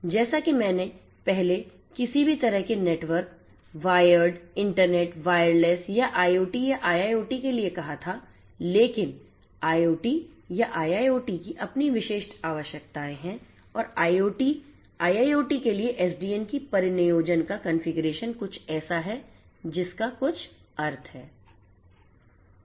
जैसा कि मैंने पहले किसी भी तरह के नेटवर्क वायर्ड इंटरनेट वायरलेस या IoT या IIoT के लिए कहा था लेकिन IoT या IIoT की अपनी विशिष्ट आवश्यकताएं हैं और IoT IIoT के लिए SDN की परिनियोजन का कॉन्फ़िगरेशन कुछ ऐसा है जिसका कुछ अर्थ है